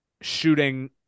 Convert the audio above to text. shooting